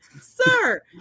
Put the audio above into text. sir